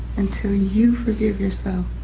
until you forgive yourself,